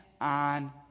on